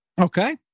Okay